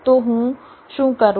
તો હું શું કરું